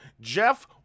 Jeff